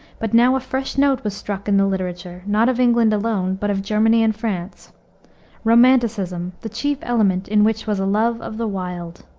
but now a fresh note was struck in the literature, not of england alone, but of germany and france romanticism, the chief element in which was a love of the wild.